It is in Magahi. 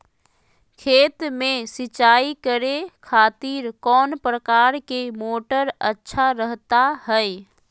खेत में सिंचाई करे खातिर कौन प्रकार के मोटर अच्छा रहता हय?